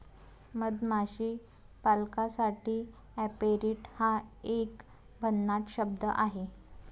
मधमाशी पालकासाठी ऍपेरिट हा एक भन्नाट शब्द आहे